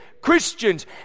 Christians